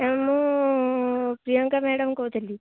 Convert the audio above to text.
ମୁଁ ପ୍ରିୟଙ୍କା ମ୍ୟାଡ଼ମ୍ କହୁଥିଲି